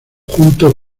junto